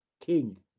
King